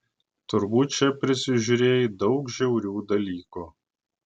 turbūt čia prisižiūrėjai daug žiaurių dalykų